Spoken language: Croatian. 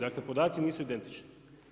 Dakle podaci nisu identični.